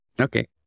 Okay